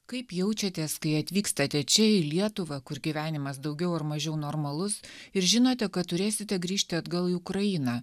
kaip jaučiatės kai atvykstate čia į lietuvą kur gyvenimas daugiau ar mažiau normalus ir žinote kad turėsite grįžti atgal į ukrainą